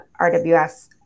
RWS